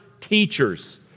teachers